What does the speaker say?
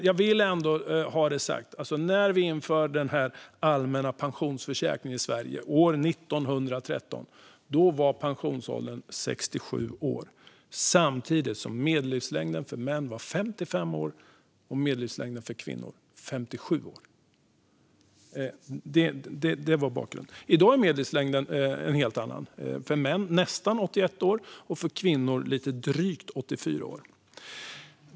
Jag vill ändå ha det sagt att när vi införde den allmänna pensionsförsäkringen i Sverige år 1913 var pensionsåldern 67 år samtidigt som medellivslängden för män var 55 år och medellivslängden för kvinnor 57 år. Det var bakgrunden. I dag är medellivslängden en helt annan. För män är den nästan 81 år och för kvinnor lite drygt 84 år.